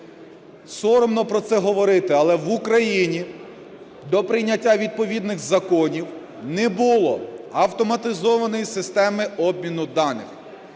Соромно про це говорити, але в Україні до прийняття відповідних законів не було автоматизованої системи обміну даних.